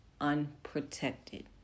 unprotected